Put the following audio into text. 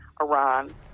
Iran